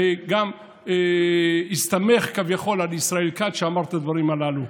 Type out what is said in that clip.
וגם הסתמך כביכול על ישראל כץ שאמר את הדברים הללו.